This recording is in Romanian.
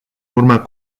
urmă